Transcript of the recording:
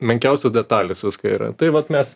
menkiausios detalės viską yra tai vat mes